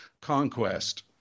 conquest